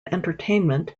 entertainment